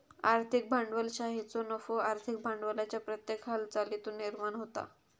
आर्थिक भांडवलशाहीचो नफो आर्थिक भांडवलाच्या प्रत्येक हालचालीतुन निर्माण होता